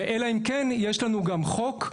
ואלא אם כן יש לנו גם חוק,